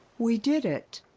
we did it!